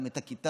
גם את הכיתה,